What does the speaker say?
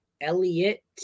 Elliot